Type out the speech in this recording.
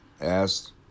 asked